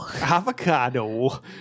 avocado